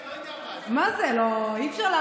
אני לא יודע מה, אה, יש גם עוד קטגוריה?